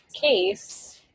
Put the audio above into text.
case –